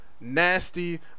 nasty